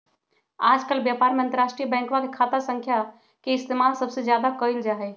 आजकल व्यापार में अंतर्राष्ट्रीय बैंकवा के खाता संख्या के इस्तेमाल सबसे ज्यादा कइल जाहई